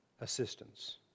assistance